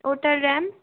ওটার র্যাম